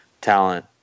talent